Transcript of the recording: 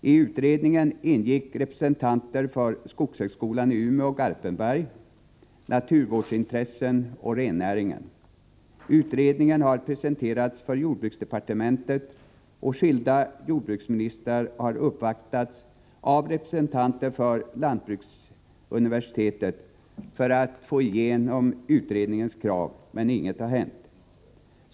I utredningen ingick representanter för skogshögskolan i Umeå och Garpenberg, naturvårdsintressen och rennäringen. Utredningen har presenterats för jordbruksdepartementet. Skilda jordbruksministrar har uppvaktats av representanter för lantbruksuniversitetet som försökt få igenom utredningens krav, men inget har hänt.